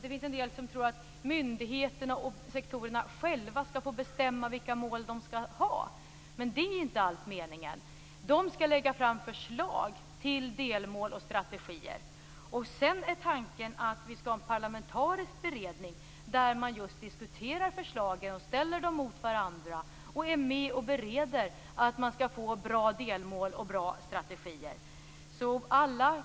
En del tror att myndigheterna och sektorerna själva skall få bestämma vilka mål de skall ha men det är alls inte meningen. De skall lägga fram förslag till delmål och strategier. Tanken är att vi sedan skall ha en parlamentarisk beredning där man just diskuterar förslagen och ställer dem mot varandra och där man är med och bereder det hela för att få bra delmål och bra strategier.